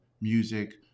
music